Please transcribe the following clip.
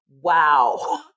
Wow